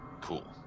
Cool